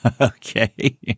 Okay